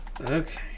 Okay